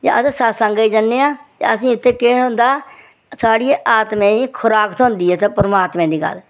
ते अस सत्संगै गी जन्ने आं ते असेंगी इत्थै केह् थ्होंदा साढ़ी आत्मा गी खुराक थ्होंदी ऐ इत्थै परमात्मा दी गल्ल